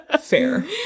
Fair